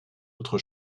autre